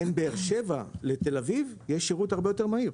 בין באר שבע לתל אביב יש שירות הרבה יותר מהיר,